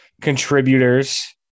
contributors